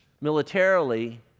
militarily